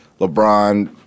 LeBron